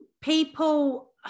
people